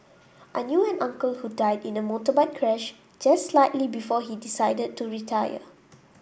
I knew an uncle who died in a motorbike crash just slightly before he decided to retire